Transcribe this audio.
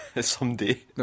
someday